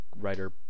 writer